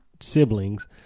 Siblings